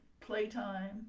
playtime